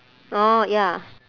orh ya